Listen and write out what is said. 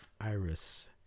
Iris